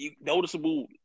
noticeable